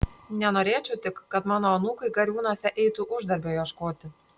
nenorėčiau tik kad mano anūkai gariūnuose eitų uždarbio ieškoti